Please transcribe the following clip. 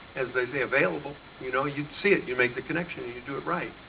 as they say, available, you know, you'd see it, you'd make the connection, and you'd do it right!